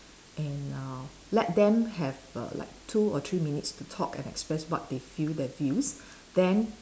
and uh let them have err like two or three minutes to talk and express what they feel their views then